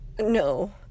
no